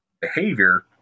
behavior